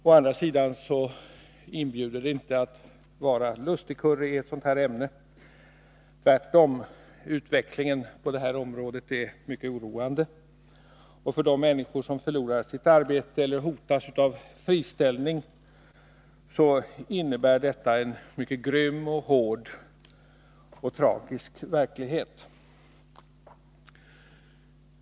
Å andra sidan inbjuder inte ett sådant här ämne till att vara lustig, tvärtom. Utvecklingen på det område som dagens debatt gäller är mycket oroande, och för de människor som förlorar sitt arbete eller hotas av friställning är detta en mycket grym och tragisk verklighet.